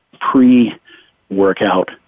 pre-workout